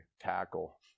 tackle